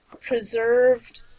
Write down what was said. preserved